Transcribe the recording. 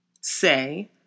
say